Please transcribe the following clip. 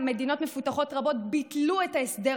מדינות מפותחות רבות בעולם ביטלו את ההסדר